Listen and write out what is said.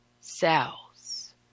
cells